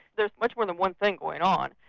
there's much more than one thing going on.